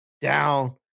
down